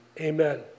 amen